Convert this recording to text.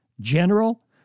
general